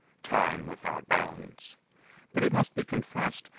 time without bounds but it must be confessed,